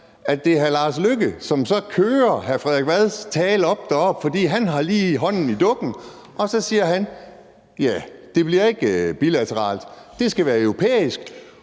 at det er hr. Lars Løkke Rasmussen, som kører hr. Frederik Vads tale deroppe. Han har lige hånden i dukken, og så siger han, at det ikke bliver bilateralt, at det skal være europæisk,